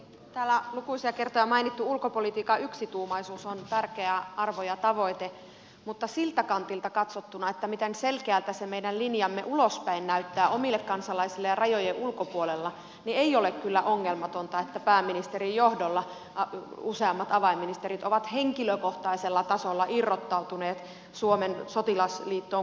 täällä lukuisia kertoja mainittu ulkopolitiikan yksituumaisuus on tärkeä arvo ja tavoite mutta siltä kantilta katsottuna miten selkeältä se meidän linjamme ulospäin näyttää omille kansalaisillemme ja rajojen ulkopuolella ei ole kyllä ongelmatonta että pääministerin johdolla useimmat avainministerit ovat henkilökohtaisella tasolla irrottautuneet suomen sotilasliittoon kuulumattomuuden peruslinjalta